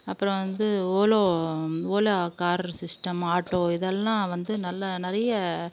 அப்புறம் வந்து ஓலோ ஓலா கார் சிஸ்டம் ஆட்டோ இதெல்லாம் வந்து நல்லா நிறையா